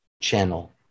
channel